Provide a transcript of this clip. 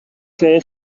lle